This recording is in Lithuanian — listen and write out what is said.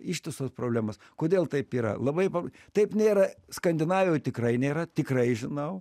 ištisos problemos kodėl taip yra labai pap taip nėra skandinavijoj tikrai nėra tikrai žinau